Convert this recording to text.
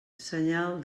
senyal